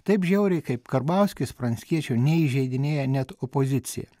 taip žiauriai kaip karbauskis pranckiečio neįžeidinėja net opozicija